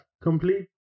complete